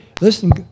listen